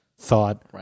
thought